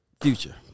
Future